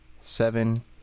seven